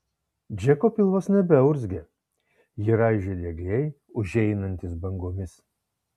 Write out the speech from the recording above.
džeko pilvas nebeurzgė jį raižė diegliai užeinantys bangomis